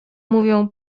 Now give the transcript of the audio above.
mówią